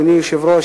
אדוני היושב-ראש,